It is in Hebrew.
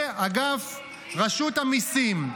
זה אגף רשות המיסים.